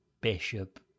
bishop